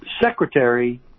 secretary